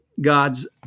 God's